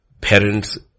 parents